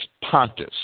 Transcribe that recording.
Pontus